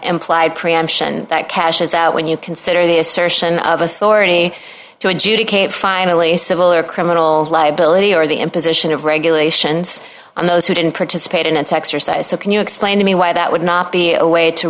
implied preemption that cash is out when you consider the assertion of authority to adjudicate finally a civil or criminal liability or the imposition of regulations on those who didn't participate in an exercise so can you explain to me why that would not be a way to